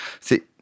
C'est